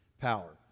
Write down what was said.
power